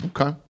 Okay